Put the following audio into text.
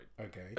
Okay